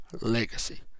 legacy